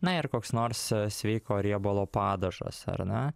na ir koks nors sveiko riebalo padažas ar ne